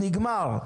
נגמר.